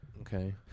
Okay